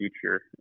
future